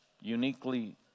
uniquely